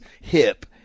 hip